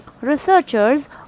Researchers